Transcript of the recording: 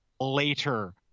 later